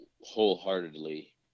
wholeheartedly